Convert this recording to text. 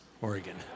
Oregon